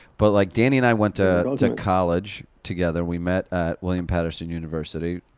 but like danny and i went to college together. we met at william patterson university,